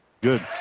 good